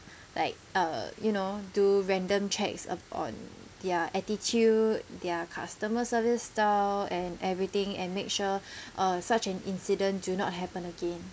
like uh you know do random checks up on their attitude their customer service style and everything and make sure uh such an incident do not happen again